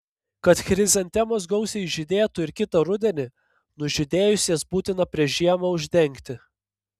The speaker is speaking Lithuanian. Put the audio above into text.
kad chrizantemos gausiai žydėtų ir kitą rudenį nužydėjus jas būtina prieš žiemą uždengti